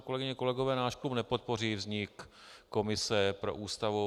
Kolegyně, kolegové, náš klub nepodpoří vznik komise pro Ústavu.